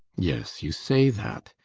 yes, you say that.